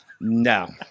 no